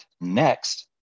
next